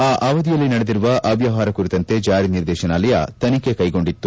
ಆ ಅವಧಿಯಲ್ಲಿ ನಡೆದಿರುವ ಅವ್ವವಹಾರ ಕುರಿತಂತೆ ಜಾರಿ ನಿರ್ದೇತನಾಲಯ ತನಿಖೆ ಕೈಗೆತ್ತಿಕೊಂಡಿತ್ತು